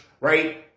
right